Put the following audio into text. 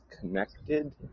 connected